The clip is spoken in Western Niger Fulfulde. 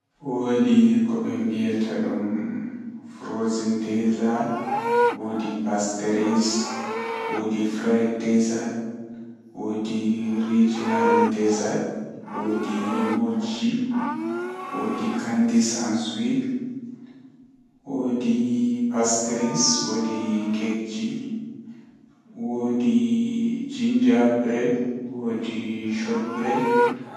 Taalel taalel jannata booyel, Woodi wakkati feere haa kawye feere, Jamanu man woodi ledde don wolwina himbe amma seito alorni hakkilo ma masin ananata ko leggal man wiyata, Woodi bingel feere o wala ceede wuro man pat yida haala maako nyende odon joodi haa kombi leggal man, Ohediti sei onani leggal man don yecca mo haa oyahata oheba cede nde o yahi babal manbo o hebi ceede o warti wuro man koomoi yidi haala mako o mari sobiraabe koomoi don tokka mo.